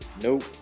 Nope